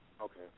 Okay